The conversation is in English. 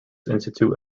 institute